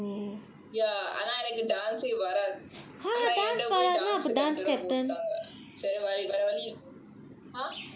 ya and ஆனா எனக்கு:aanaa enakku dance வராது ஆனா என்னை:varathu aanaa enna dance captain ah போட்டாங்க:pottaanga !huh!